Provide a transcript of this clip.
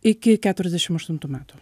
iki keturiasdešimt aštuntų metų